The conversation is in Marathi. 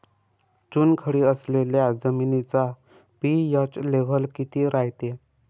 चुनखडी असलेल्या जमिनीचा पी.एच लेव्हल किती रायते?